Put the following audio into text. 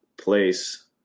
place